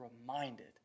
reminded